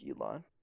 Elon